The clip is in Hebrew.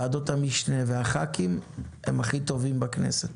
ועדות המשנה והח"כים, הם הכי טובים בכנסת.